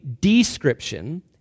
description